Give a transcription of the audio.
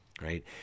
right